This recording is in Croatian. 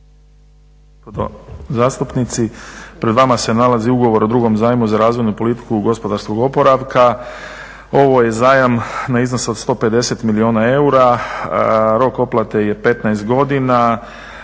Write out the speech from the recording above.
zastupnici. Pred vama se nalazi ugovora o drugom zajmu za razvojnu politiku gospodarskog oporavka. Ovo je zajam na iznos od 150 milijuna eura, rok otplate je 15 godina,